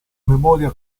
memoria